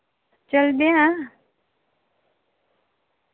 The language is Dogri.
चलदे आं